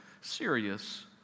serious